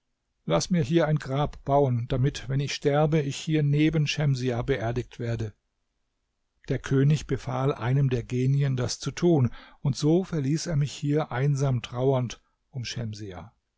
laß mir hier ein grab bauen damit wenn ich sterbe ich hier neben schemsiah beerdigt werde der könig befahl einem der genien das zu tun und so verließ er mich hier einsam trauernd um schemsiah